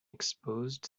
exposed